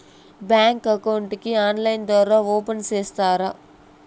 Bank account ని online ద్వారా open సేస్తారా?